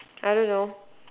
I don't know